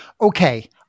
okay